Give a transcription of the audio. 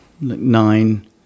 nine